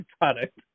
product